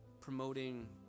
promoting